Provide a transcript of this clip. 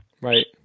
Right